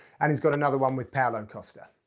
and he's got another one with paulo costa.